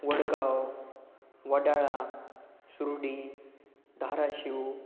Vadgaon Wadala Surdi Dharashiv